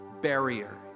barrier